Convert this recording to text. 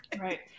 Right